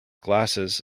glasses